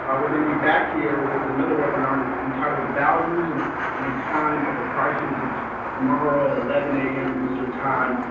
ah we're going to be back here with another webinar and entitled values in and and a time of a crisis. it's tomorrow at eleven a m. eastern time.